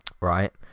right